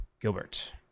gilbert